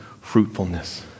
fruitfulness